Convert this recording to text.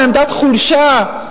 מעמדת חולשה.